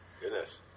Goodness